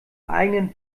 eigenen